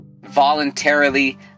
voluntarily